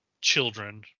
children